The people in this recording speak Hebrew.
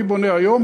אני בונה היום,